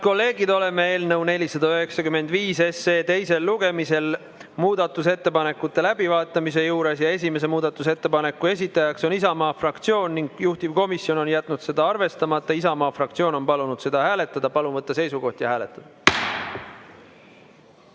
Head kolleegid, oleme eelnõu 495 teisel lugemisel muudatusettepanekute läbivaatamise juures. Esimese muudatusettepaneku esitaja on Isamaa fraktsioon ning juhtivkomisjon on jätnud selle arvestamata. Isamaa fraktsioon on palunud seda hääletada. Palun võtta seisukoht ja hääletada!